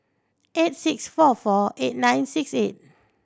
eight six four four eight nine six eight